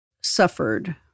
suffered